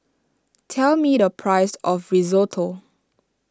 tell me the price of Risotto